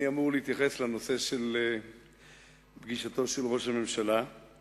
אני אמור להתייחס לנושא פגישתו של ראש ממשלתנו,